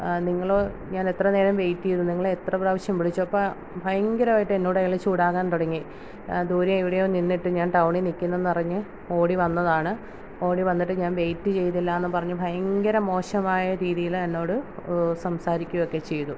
നിങ്ങൾ ഞാൻ എത്ര നേരം വെയിറ്റ് ചെയ്തു നിങ്ങളെ എത്ര പ്രാവശ്യം വിളിച്ചു അപ്പം ഭയങ്കരമായിട്ട് എന്നോട് അയാൾ ചൂടാകാൻ തുടങ്ങി ദൂരെവിടെയോ നിന്നിട്ട് ഞാൻ ടൗണീ നിക്കുന്നേന്നും പറഞ്ഞ് ഓടി വന്നതാണ് ഓടി വന്നിട്ട് ഞാൻ വെയിറ്റ് ചെയ്തില്ലാന്നും പറഞ്ഞു ഭയങ്കര മോശമായ രീതീയിൽ എന്നോട് സംസാരിക്കുവൊക്കെ ചെയ്തു